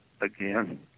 again